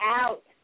out